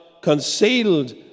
concealed